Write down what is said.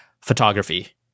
photography